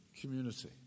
community